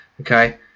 Okay